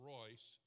Royce